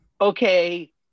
Okay